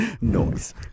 noise